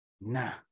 Nah